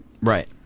Right